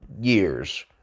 years